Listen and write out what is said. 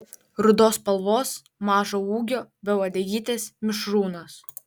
rudos spalvos mažo ūgio be uodegytės mišrūnas